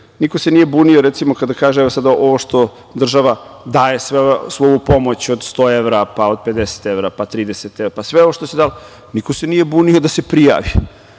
niko se nije bunio, recimo, kada kaže, evo, ovo što država daje ovu pomoć od 100 evra, pa od 50 evra, pa od 30 evra, pa sve ovo što se dalo, niko se nije bunio da se prijavi,